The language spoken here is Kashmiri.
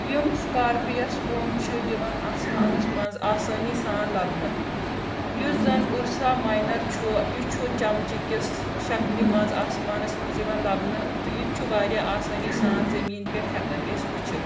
یِم سٕکارپِیَس گوٚنٛد چھُ یِوان آسمانَس منٛز آسٲنی سان لَبنہٕ یُس زَن اُرسا ماینَر چھُ یہِ چھُ چَمچہٕ کِس شَکلہِ منٛز آسمانَس منٛز یِوان لَبنہٕ تہٕ یہِ تہِ چھُ واریاہ آسٲنی سان زمیٖن پٮ۪ٹھ ہٮ۪کان أسۍ وٕچھِتھ